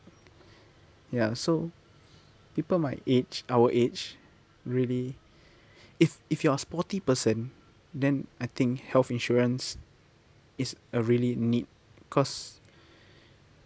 ya so people my age our age really if if you're a sporty person then I think health insurance is a really need cause